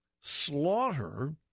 slaughter